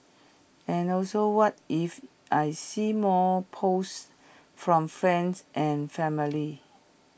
and know so what if I see more posts from friends and family